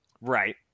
Right